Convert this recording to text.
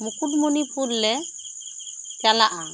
ᱢᱩᱠᱩᱴᱢᱩᱱᱤᱯᱩᱨ ᱞᱮ ᱪᱟᱞᱟᱜᱼᱟ